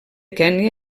kenya